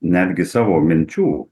netgi savo minčių